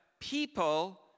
people